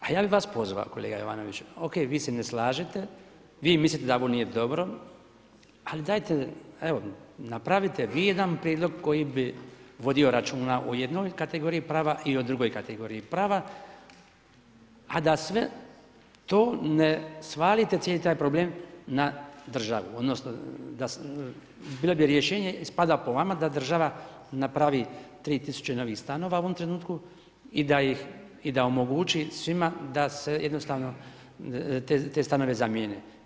Pa ja bi vas pozvao, kolega Jovanoviću, ok, vi se ne slažete, vi mislite da ovo nije dobro, ali dajte, evo, napravite vi jedan prijedlog koji bi vodio računa o jednoj kategoriji prava i o drugoj kategoriji prava, a da sve to ne svalite cijeli taj problem na državu, odnosno, bilo bi rješenje, ispada po vama, da država napravi 3000 novih stanova u ovom trenutku i da ih, i da omogući svima, da se jednostavno ti stanovi zamjene.